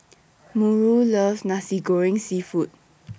Murry loves Nasi Goreng Seafood